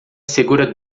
segura